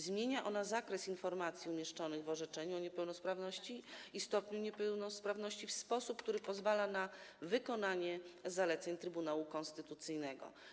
Zmienia ona zakres informacji umieszczonych w orzeczeniu o niepełnosprawności i stopniu niepełnosprawności w sposób, który pozwala na wykonanie zaleceń Trybunału Konstytucyjnego.